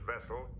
vessel